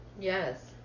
Yes